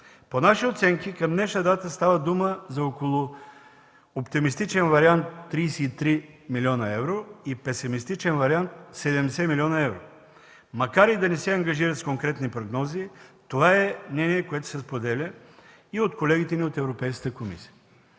По наши оценки, към днешна дата става дума за оптимистичен вариант 33 млн. евро и песимистичен вариант – 70 млн. евро. Макар и да не се ангажират с конкретни прогнози, това е мнение, което се споделя и от колегите ни от Европейската комисия.